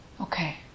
Okay